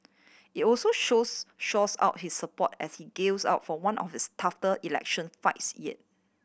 it also shows shores up his support as he gills up for one of his t election fights yet